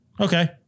Okay